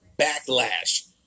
Backlash